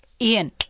Ian